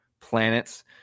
planets